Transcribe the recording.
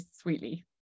sweetly